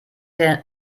der